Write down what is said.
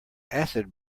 acid